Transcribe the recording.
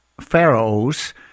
pharaohs